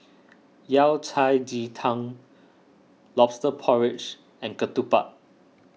Yao Cai Ji Tang Lobster Porridge and Ketupat